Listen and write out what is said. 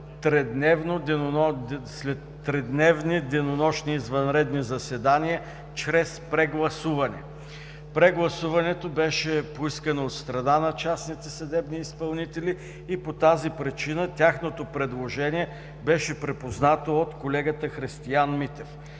тридневни денонощни извънредни заседания чрез прегласуване. То беше поискано от страна на частните съдебни изпълнители и по тази причина тяхното предложение беше припознато от колегата Христиан Митев.